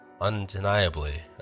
undeniably